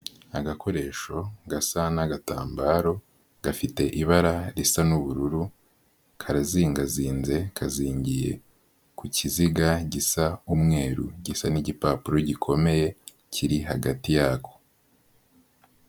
Agakoresho gasa n'agatambaro gafite ibara risa n'ubururu karazingazinze kazingiye ku kiziga gisa nk'umweruru gisa n'igipapuro gikomeye kiri hagati yako.